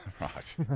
Right